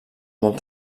molt